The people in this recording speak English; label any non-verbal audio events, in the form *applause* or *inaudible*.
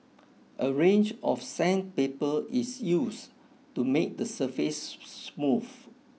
a range of sandpaper is used to make the surface *unintelligible* smooth